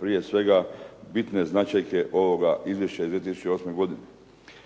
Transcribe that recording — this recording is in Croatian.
prije svega bitne značajke ovoga izvješća iz 2008. godine.